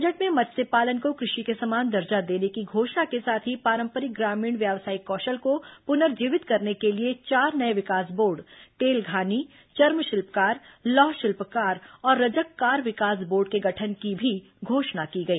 budget में मत्स्य पालन को कृषि के समान दर्जा देने की घोषणा के साथ ही पारंपरिक ग्रामीण व्यावसायिक कौशल को पुनर्जीवित करने के लिए चार नये विकास बोर्ड तेलघानी चर्म शिल्पकार लौह शिल्पकार और रजक कार विकास बोर्ड के गठन की भी घोषणा की गई